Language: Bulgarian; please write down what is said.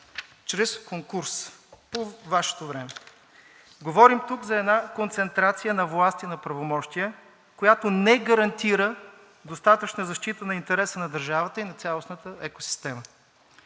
чрез конкурс, по Вашето време. Говорим тук за една концентрация на власти, на правомощия, която не гарантира достатъчна защита на интереса на държава и на цялостната екосистема.